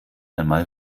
einmal